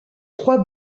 trois